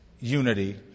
unity